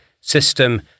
system